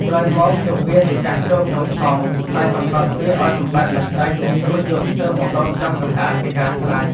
ក្រោយមក យកវាទៅចាក់ចូលក្នុងថង់ ហើយសង្កត់វាអោយសម្ពែតបន្តិច រួចយកឈើមកដោតចំកណ្ដាលជាកាស្រេច។